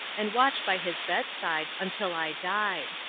and watch by his bedside until i died.